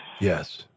Yes